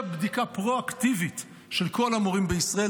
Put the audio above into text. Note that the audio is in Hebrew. בדיקה פרו-אקטיבית של כל המורים בישראל.